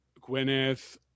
Gwyneth